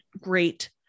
great